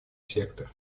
сектор